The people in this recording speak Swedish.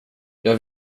jag